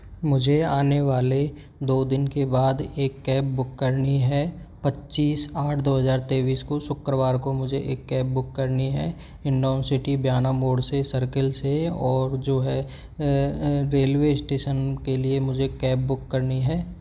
मुझे आने वाले दो दिन के बाद एक कैब बुक करनी है पच्चीस आठ दो हज़ार तेईस को शुक्रवार को मुझे एक कैब बुक करनी है हिंडोन सिटी ब्याना मोड़ से सर्किल से और जो है रेल्वे स्टेशन के लिए मुझे कैब बुक करनी है